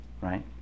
right